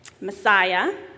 Messiah